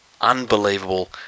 unbelievable